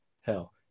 hell